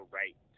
right